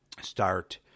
start